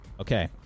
Okay